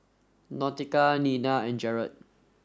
Nautica Nina and Jared